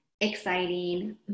exciting